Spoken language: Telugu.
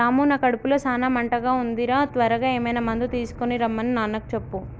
రాము నా కడుపులో సాన మంటగా ఉంది రా త్వరగా ఏమైనా మందు తీసుకొనిరమన్ని నాన్నకు చెప్పు